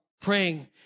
praying